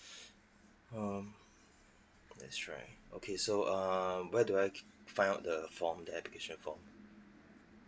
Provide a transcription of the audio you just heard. um that's right okay so err where do I find out the form the application form